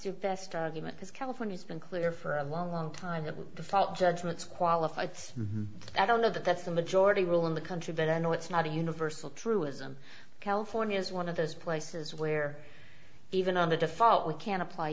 the best argument because california has been clear for a long time that default judgment is qualified i don't know that that's the majority rule in the country but i know it's not a universal truism california is one of those places where even on the default we can apply